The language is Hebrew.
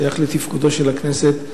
שייך לתפקודה של הכנסת,